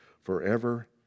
forever